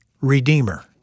Redeemer